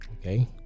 okay